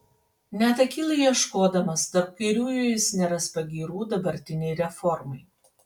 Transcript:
net akylai ieškodamas tarp kairiųjų jis neras pagyrų dabartinei reformai